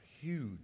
huge